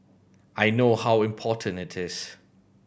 I know how important it is